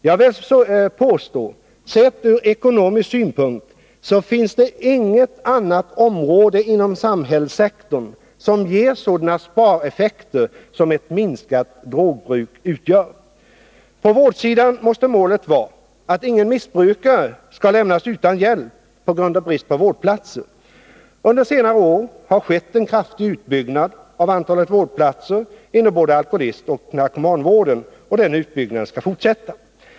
Jag vill påstå att enbart ur ekonomiska synpunkter finns det inget annat område inom samhällssektorn som ger sådana spareffekter som ett minskat drogbruk gör. På vårdsidan måste målet vara att ingen missbrukare skall lämnas utan hjälp på grund av brist på vårdplatser. Under senare år har det skett en kraftig utbyggnad av antalet vårdplatser inom både alkoholistoch narkomanvården, och den utbyggnaden skall fortsätta.